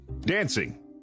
Dancing